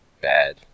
bad